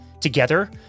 Together